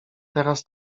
teraz